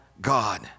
God